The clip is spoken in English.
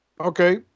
Okay